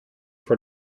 for